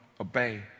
obey